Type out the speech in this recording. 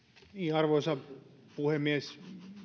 arvoisa puhemies